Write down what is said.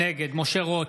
נגד משה רוט,